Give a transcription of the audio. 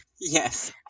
Yes